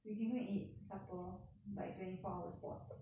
we can go and eat supper like twenty four hour spots